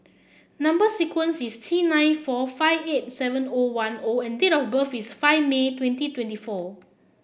number sequence is T nine four five eight seven O one O and date of birth is five May twenty twenty four